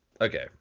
okay